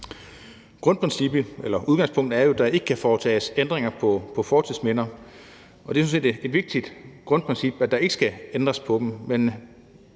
er med i aftalen. Udgangspunktet er, at der ikke kan foretages ændringer i fortidsminder, og det er jo sådan set et vigtigt grundprincip, at der ikke skal ændres i dem,